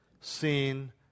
seen